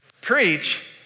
preach